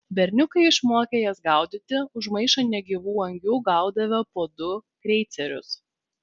berniukai išmokę jas gaudyti už maišą negyvų angių gaudavę po du kreicerius